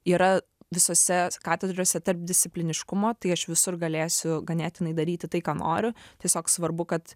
yra visose katedrose tarpdiscipliniškumo tai aš visur galėsiu ganėtinai daryti tai ką noriu tiesiog svarbu kad